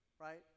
Right